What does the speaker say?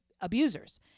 abusers